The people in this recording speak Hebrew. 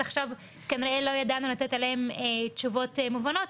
עכשיו כנראה לא ידענו לתת עליהן תשובות מובנות,